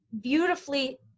beautifully